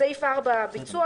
בסעיף 4 הביצוע,